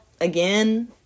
again